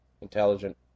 intelligent